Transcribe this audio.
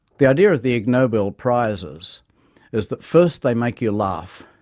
the idea of the ig nobel prizes is that first they make you laugh,